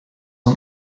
een